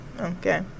okay